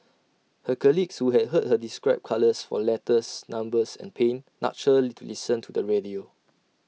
her colleague who had heard her describe colours for letters numbers and pain nudged her to listen to the radio